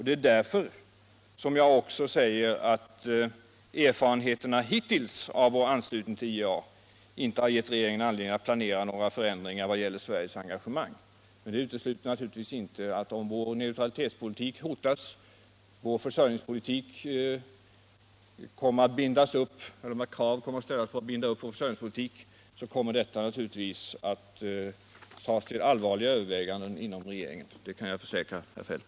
Det är därför som jag också säger att erfarenheterna hittills av vår anknytning till IEA inte har gett regeringen anledning att planera några förändringar vad gäller Sveriges engagemang. Det utesluter naturligtvis inte att om vår neutralitetspolitik hotas och om krav kommer att ställas på att vi skall binda upp vår försörjningspolitik denna fråga kommer att tas upp till allvarliga överväganden inom regeringen; det kan jag försäkra herr Feldt.